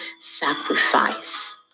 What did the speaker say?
sacrifice